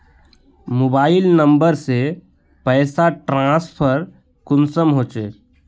Mobile number से पैसा transfer कुंसम होचे?